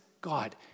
God